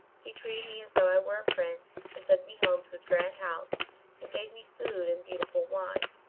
he treated me as though i were a prince and took me home to his grand house and gave me food and beautiful wine.